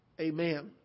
amen